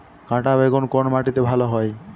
কাঁটা বেগুন কোন মাটিতে ভালো হয়?